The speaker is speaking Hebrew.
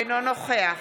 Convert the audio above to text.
אינו נוכח